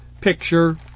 picture